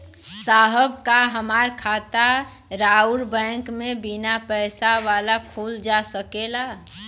साहब का हमार खाता राऊर बैंक में बीना पैसा वाला खुल जा सकेला?